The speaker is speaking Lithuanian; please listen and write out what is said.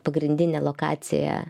pagrindinę lokaciją